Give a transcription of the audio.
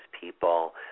people